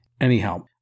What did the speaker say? Anyhow